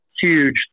huge